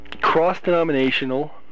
cross-denominational